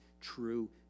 true